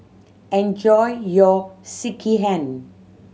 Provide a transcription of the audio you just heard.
enjoy your Sekihan